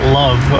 love